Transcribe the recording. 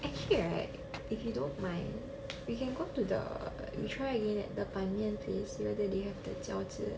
actually right if you don't mind we can go to the we try again at the ban mian place see whether they have the 饺子